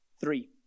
Three